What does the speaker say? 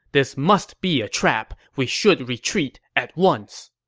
this must be a trap. we should retreat at once.